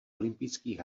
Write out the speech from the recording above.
olympijských